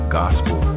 gospel